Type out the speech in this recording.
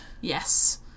yes